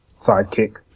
sidekick